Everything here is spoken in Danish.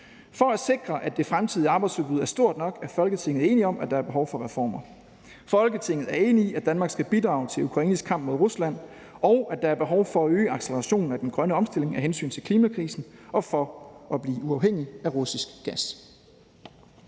For at sikre, at det fremtidige arbejdsudbud er stort nok, er Folketinget enige om, at der er behov for reformer. Folketinget er enige i, at Danmark skal bidrage til Ukraines kamp mod Rusland, og at der er behov for at øge accelerationen af den grønne omstilling af hensyn til klimakrisen og for at blive uafhængige af russisk gas.«